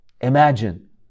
Imagine